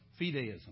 fideism